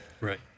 Right